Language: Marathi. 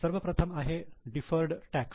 सर्वप्रथम आहे डिफर्ड टॅक्स